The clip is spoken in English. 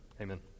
Amen